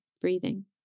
breathing